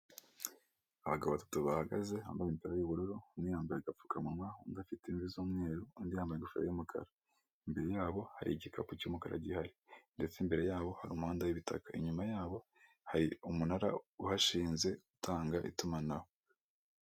Abagabo batatu bahagaze bambaye imipira y'ubururu umwe yambaye agapfukamunwa undi afite imvi z'umweru undi yambaye ingofero y'umukara imbere yabo hari igikapu cy'umukara gihari, ndetse imbere yabo hari umuhanda w'ibitaka, inyuma yabo hari umunara uhashinze utanga itumanaho,